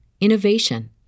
innovation